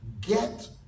Get